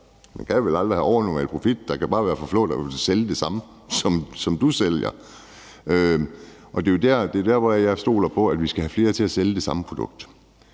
Man kan vel aldrig have overnormal profit, der kan bare være for få, der vil sælge det samme, som du sælger. Det er jo der, hvor jeg stoler på, at vi skal have flere til at sælge det samme produkt.